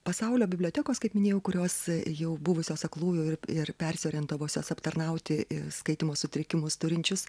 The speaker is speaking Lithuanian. pasaulio bibliotekos kaip minėjau kurios jau buvusios aklųjų ir persiorientavusios aptarnauti ir skaitymo sutrikimus turinčius